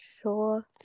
sure